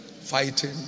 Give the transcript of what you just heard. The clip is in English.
fighting